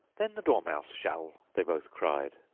then the dormouse shall they both cried.